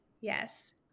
yes